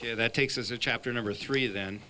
here that takes as a chapter number three then